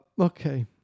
Okay